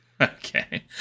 Okay